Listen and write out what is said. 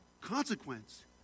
consequence